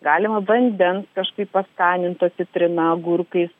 galima vandens kažkaip paskaninto citrina agurkais